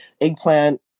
eggplant